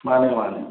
ꯃꯥꯅꯦ ꯃꯥꯅꯦ